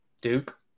Duke